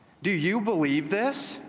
do you believe this?